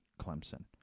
Clemson